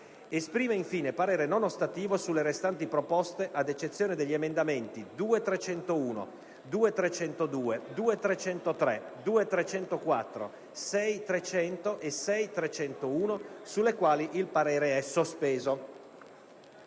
Esprime infine, parere non ostativo sulle restanti proposte ad eccezione degli emendamenti 2.301, 2.302, 2.303, 2.304, 6.300 e 6.301 sulle quali il parere è sospeso».